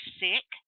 sick